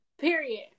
Period